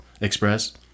Express